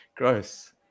Gross